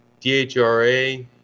DHRA